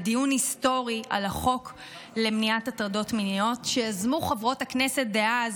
בדיון היסטורי על החוק למניעת הטרדות מיניות שיזמו חברות הכנסת דאז